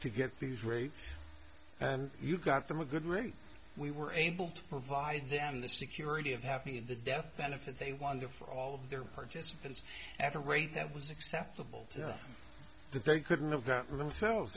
to get these rates and you got them a good rate we were able to provide them the security of having the death benefit they wanted for all of their participants at a rate that was acceptable that they couldn't have gotten themselves